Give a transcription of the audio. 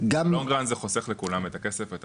בלונג ראן זה חוסך לכולם את הכסף ואל